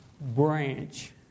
Branch